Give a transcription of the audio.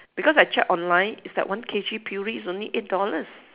because I check online is like one K_G puree is only eight dollars